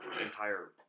entire